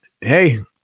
hey